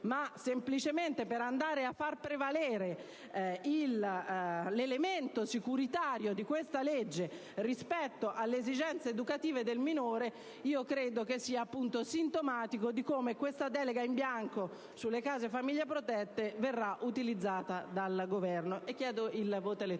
ma semplicemente per far prevalere l'elemento securitario di questa legge rispetto alle necessità educative del minore. Credo che ciò sia sintomatico di come questa delega in bianco sulle case-famiglia protette verrà utilizzata dal Governo.